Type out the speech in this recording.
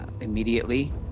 immediately